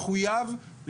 מחויב,